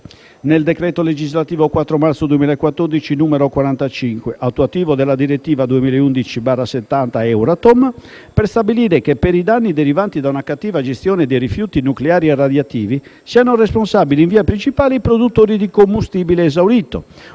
nel decreto legislativo 4 marzo 2014, n. 45, attuativo della direttiva 2011/70/Euratom, per stabilire che, per i danni derivanti da una cattiva gestione dei rifiuti nucleari o radioattivi, siano responsabili, in via principale, i produttori di combustibile esaurito